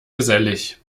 gesellig